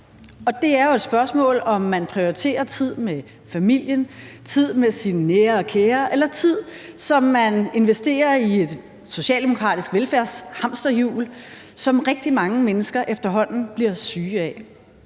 det er jo et spørgsmål om, om man prioriterer tid med familien, tid med sine nære og kære eller tid, som man investerer i et socialdemokratisk velfærdshamsterhjul, som rigtig mange mennesker efterhånden bliver syge af.